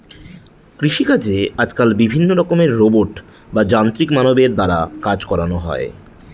কৃষিকাজে আজকাল বিভিন্ন রকমের রোবট বা যান্ত্রিক মানবের দ্বারা কাজ করানো হয়